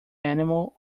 animal